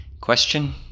question